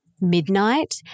Midnight